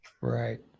Right